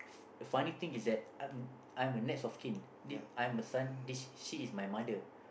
funny thing is that I'm I'm a next of kin this I'm her son this she is my mother